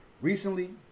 Recently